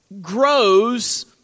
grows